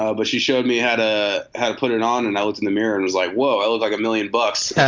ah but she showed me how to how to put it on. and i looked in the mirror and was like, whoa, i look like a million bucks.